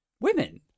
women